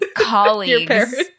colleagues